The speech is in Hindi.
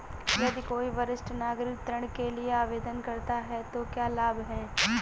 यदि कोई वरिष्ठ नागरिक ऋण के लिए आवेदन करता है तो क्या लाभ हैं?